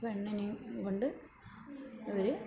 പെണ്ണിനെയും കൊണ്ട് ഇവർ